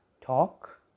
talk